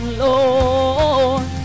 lord